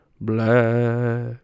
black